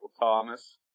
Thomas